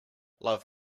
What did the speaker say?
love